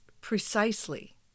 precisely